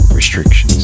Restrictions